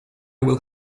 will